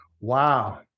wow